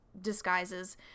disguises